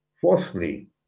Fourthly